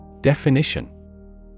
Definition